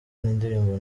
indirimbo